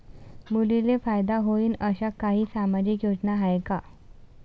मुलींले फायदा होईन अशा काही सामाजिक योजना हाय का?